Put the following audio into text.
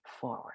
forward